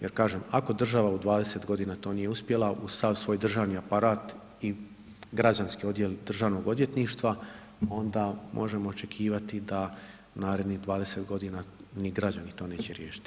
Jer kažem, ako država u 20 godina to nije uspjela uz sav svoj državni aparat i Građanski odjel Državnog odvjetništva, onda možemo očekivati da narednih 20 godina ni građani to neće riješiti.